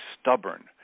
stubborn